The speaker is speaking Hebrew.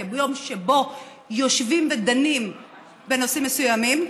כיום שבו יושבים ודנים בנושאים מסוימים,